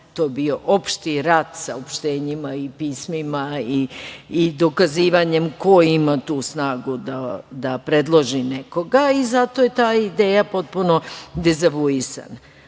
To je bio opšti rat saopštenjima i pismima i dokazivanjem ko ima tu snagu da predloži nekoga i zato je ta ideja potpuno dezavuisana. Namera